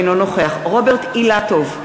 אינו נוכח רוברט אילטוב,